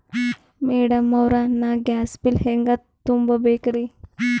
Madam ಅವ್ರ, ನಾ gas bill ಹೆಂಗ ತುಂಬಾ ಬೇಕ್ರಿ?